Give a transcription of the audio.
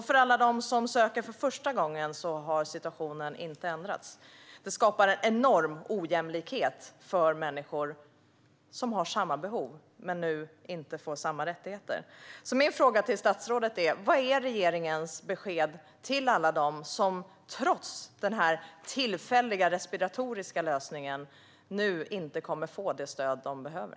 För alla dem som söker för första gången har situationen inte heller ändrats. Det skapar en enorm ojämlikhet för människor som har samma behov men nu inte får samma rättigheter. Min fråga till statsrådet är: Vilket är regeringens besked till alla dem som trots den här tillfälliga respiratoriska lösningen nu inte kommer att få det stöd de behöver?